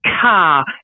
car